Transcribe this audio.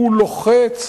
לוחץ